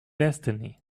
destiny